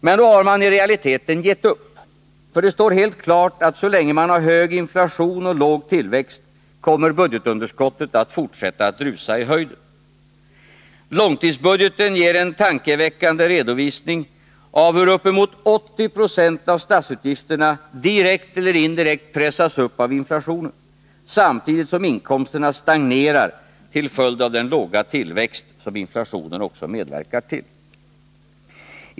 Men då har man i realiteten gett upp. För det står helt klart att så länge man har hög inflation och låg tillväxt, kommer budgetunderskottet att fortsätta att rusa i höjden. Långtidsbudgeten ger en tankeväckande redovisning av hur uppemot 80 76 av statsutgifterna direkt eller indirekt pressas upp av inflationen, samtidigt som inkomsterna stagnerar till följd av den låga tilläxt som inflationen också medverkar till.